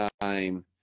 time